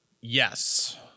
Yes